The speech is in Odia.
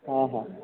ହଁ ହଁ